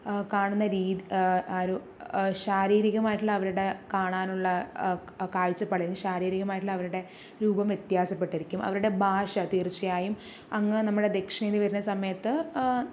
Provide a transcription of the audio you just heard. കാണുന്ന രീതി ആ ഒരു ശാരീരികമായിട്ടുള്ള അവരുടെ കാണാനുള്ള കാഴ്ചപ്പാടിൽ ശാരീരികം ആയിട്ടുള്ള അവരുടെ രൂപം വ്യത്യാസപ്പെട്ടിരിക്കും അവരുടെ ഭാഷ തീർച്ചയായും അങ്ങ് നമ്മുടെ ദക്ഷിണേന്ത്യ വരുന്ന സമയത്ത്